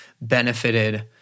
benefited